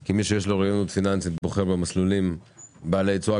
כי מי שיש לו אוריינות פיננסית בוחר במסלולים בעלי תשואה